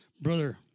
Brother